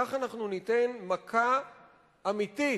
בכך אנחנו ניתן מכה אמיתית,